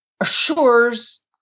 assures